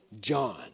John